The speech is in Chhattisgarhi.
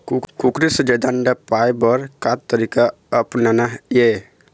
कुकरी से जादा अंडा पाय बर का तरीका अपनाना ये?